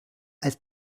als